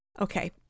Okay